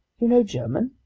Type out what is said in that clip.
you know german?